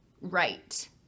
right